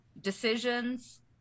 decisions